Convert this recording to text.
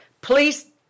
please